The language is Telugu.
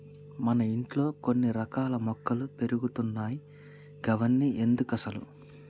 మన ఇంట్లో కొన్ని రకాల మొక్కలు పెంచుతున్నావ్ గవన్ని ఎందుకసలు